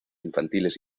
infantiles